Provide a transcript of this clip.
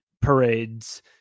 parades